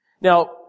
Now